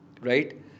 right